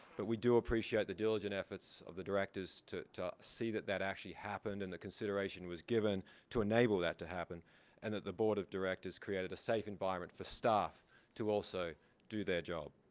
but we do appreciate the diligent efforts of the directors to to see that that actually happened and that consideration was given to enable that to happen and that the board of directors created a safe environment for staff to also do their job.